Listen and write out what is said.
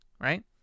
right